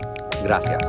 Gracias